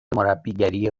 مربیگری